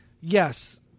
Yes